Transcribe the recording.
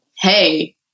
Hey